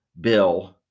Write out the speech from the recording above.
bill